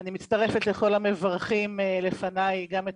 אני מצטרפת לכל המברכים לפניי, גם את